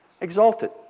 exalted